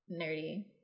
nerdy